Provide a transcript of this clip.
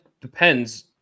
depends